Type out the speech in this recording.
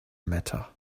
matter